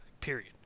period